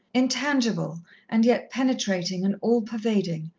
intangible and yet penetrating and all-pervading,